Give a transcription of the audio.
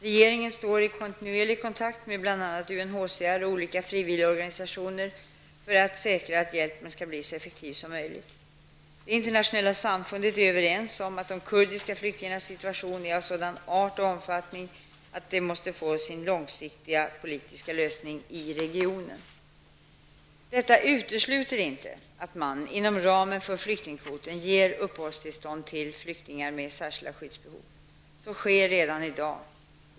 Regeringen står i kontinuerlig kontakt med bl.a. UNHCR och olika frivilligorganisationer för att säkra att hjälpen skall bli så effektiv som möjligt. Det internationella samfundet är överens om att de kurdiska flyktingarnas situation är av sådan art och omfattning att den måste få sin långsiktiga, politiska lösning i regionen. Detta utesluter inte att man, inom ramen för flyktingkvoten, ger uppehållstillstånd till flyktingar med särskilda skyddsbehov. Så sker redan i dag.